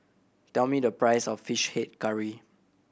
tell me the price of Fish Head Curry